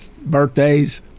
birthdays